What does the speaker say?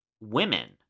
women